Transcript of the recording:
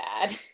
bad